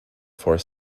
for